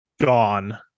gone